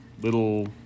little